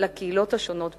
כלפי הקהילות השונות בישראל.